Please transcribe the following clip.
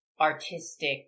artistic